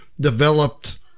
developed